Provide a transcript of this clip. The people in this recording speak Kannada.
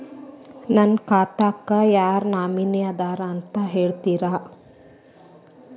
ನನ್ನ ಖಾತಾಕ್ಕ ನಾಮಿನಿ ಯಾರ ಇದಾರಂತ ಹೇಳತಿರಿ?